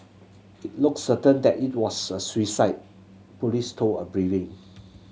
it looks certain that it was a suicide police told a briefing